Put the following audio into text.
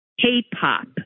K-pop